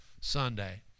Sunday